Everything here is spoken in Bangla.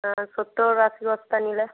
হ্যাঁ সত্তর আশি বস্তা নিলে